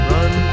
Run